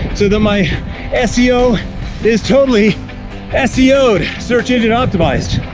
so then my seo is totally seo, search engine optimized.